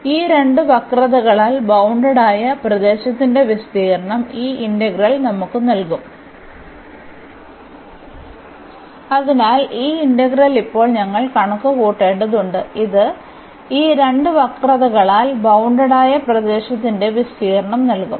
അതിനാൽ ഈ രണ്ട് വക്രതകളാൽ ബൌണ്ടഡായ പ്രദേശത്തിന്റെ വിസ്തീർണ്ണം ഈ ഇന്റഗ്രൽ നമുക്ക് നൽകും അതിനാൽ ഈ ഇന്റഗ്രൽ ഇപ്പോൾ ഞങ്ങൾ കണക്കുകൂട്ടേണ്ടതുണ്ട് ഇത് ഈ രണ്ട് വക്രതകളാൽ ബൌണ്ടഡായ പ്രദേശത്തിന്റെ വിസ്തീർണ്ണം നൽകും